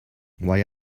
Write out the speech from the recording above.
why